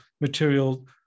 material